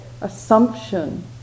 assumption